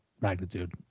magnitude